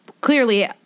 clearly